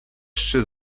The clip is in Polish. się